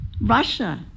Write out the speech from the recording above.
Russia